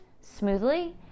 smoothly